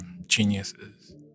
geniuses